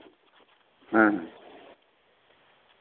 ᱦᱮᱸ ᱦᱮᱸ